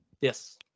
Yes